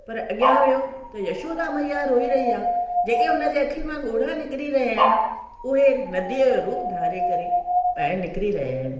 पर अॻिया वियो त यशोदा मैया रोई रही आहे जेके हुन जी अख़िनि मां ॻोढ़ा निकिरी रहिया आहिनि उहे नदीअ जो रूप धारे करे ॿाहिरि निकिरी रहिया आहिनि